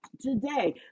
today